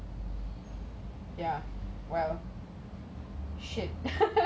and the inside and the bottom